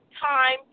time